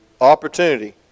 opportunity